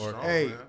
hey